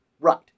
Right